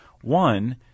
One